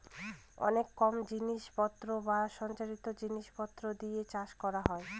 অনেক কম জিনিস পত্র বা সঞ্চিত জিনিস পত্র দিয়ে চাষ করা হয়